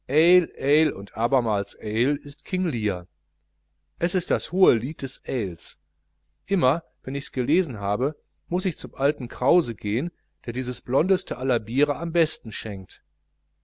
und abermals ale ist king lear es ist das hohe lied des ales immer wenn ichs gelesen habe muß ich zum alten krause gehen der dieses blondeste aller biere am besten schänkt